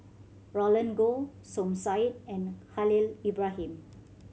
Roland Goh Som Said and Khalil Ibrahim